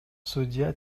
судья